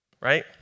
Right